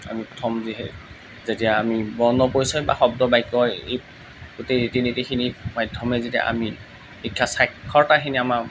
আমি প্ৰথম যিহে যেতিয়া আমি বৰ্ণ পৰিচয় বা শব্দ বাক্য এই গোটেই ৰীতি নীতিখিনি মাধ্যমে যেতিয়া আমি শিক্ষা স্বাক্ষৰতাখিনি আমাৰ